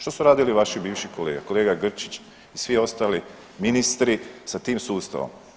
Što su radili vaši bivši kolege, kolega Grčić i svi ostali ministri sa tim sustavom?